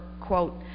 quote